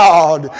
God